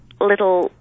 little